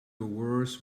worse